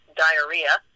diarrhea